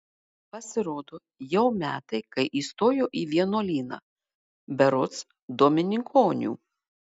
pasirodo jau metai kai įstojo į vienuolyną berods dominikonių